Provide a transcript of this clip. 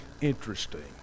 interesting